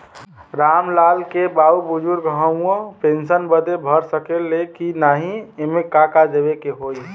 राम लाल के बाऊ बुजुर्ग ह ऊ पेंशन बदे भर सके ले की नाही एमे का का देवे के होई?